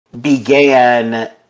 began